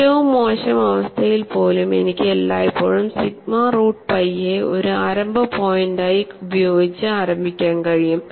ഏറ്റവും മോശം അവസ്ഥയിൽ പോലും എനിക്ക് എല്ലായ്പ്പോഴും സിഗ്മ റൂട്ട് പൈ a ഒരു ആരംഭ പോയിന്റായി ഉപയോഗിച്ച് ആരംഭിക്കാൻ കഴിയും